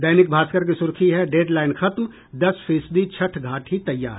दैनिक भास्कर की सुर्खी है डेड लाईन खत्म दस फीसदी छठ घाट ही तैयार